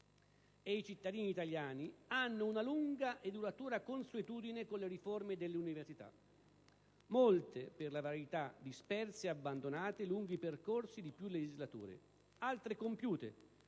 i cittadini italiani hanno una lunga e duratura consuetudine con le riforme dell'università: molte, per la verità, disperse ed abbandonate lungo i percorsi di più legislature; altre compiute,